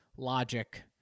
Logic